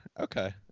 okay